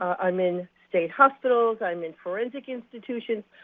um in state hospitals. i am in forensic institutions.